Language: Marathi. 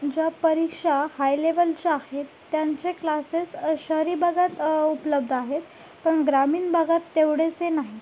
ज्या परीक्षा हाय लेवलच्या आहेत त्यांचे क्लासेस शहरी भागात उपलब्ध आहेत पण ग्रामीण भागात तेवढेसे नाही